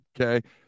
Okay